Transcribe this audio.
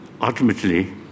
ultimately